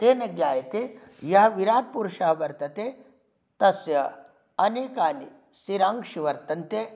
तेन ज्ञायते यः विराट्पुरुषः वर्तते तस्य अनेकानि सिरांक्षु वर्तन्ते